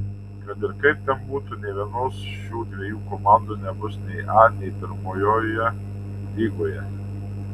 kad ir kaip ten būtų nė vienos šių dviejų komandų nebus nei a nei pirmojoje lygoje